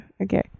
Okay